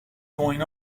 going